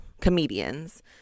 comedians